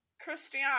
Christian